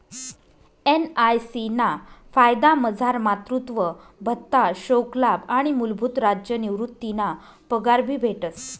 NIC ना फायदामझार मातृत्व भत्ता, शोकलाभ आणि मूलभूत राज्य निवृतीना पगार भी भेटस